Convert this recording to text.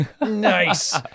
Nice